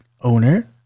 owner